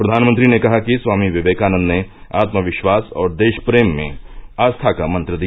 प्रवानमंत्री ने कहा कि स्वामी विवेकानन्द ने आत्मविश्वास और देश प्रेम में आस्था का मंत्र दिया